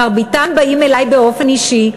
מרביתם באים אלי באופן אישי,